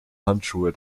handschuhe